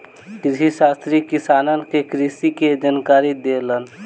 कृषिशास्त्री किसानन के कृषि के जानकारी देलन